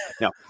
No